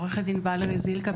עו״ד ולרי זליכה,